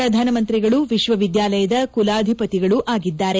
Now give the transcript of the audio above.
ಪ್ರಧಾನಮಂತ್ರಿಗಳು ವಿಶ್ವವಿದ್ದಾಲಯದ ಕುಲಾಧಿಪತಿಗಳೂ ಆಗಿದ್ದಾರೆ